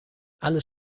alles